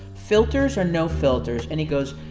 filters or no filters? and he goes,